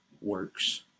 works